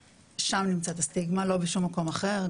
שם נמצאת הסטיגמה, לא בשום מקום אחר.